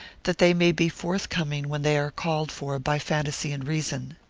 that they may be forthcoming when they are called for by phantasy and reason.